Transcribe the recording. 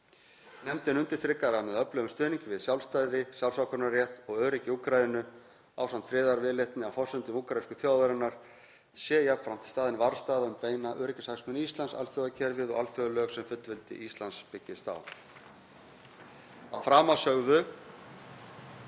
Nefndin undirstrikar að með öflugum stuðningi við sjálfstæði, sjálfsákvörðunarrétt og öryggi Úkraínu ásamt friðarviðleitni á forsendum úkraínsku þjóðarinnar sé jafnframt staðin varðstaða um beina öryggishagsmuni Íslands, alþjóðakerfið og alþjóðalög sem fullveldi Íslands byggist á. Að framansögðu